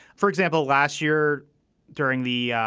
for example last year during the